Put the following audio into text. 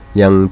yang